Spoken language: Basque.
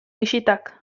bisitak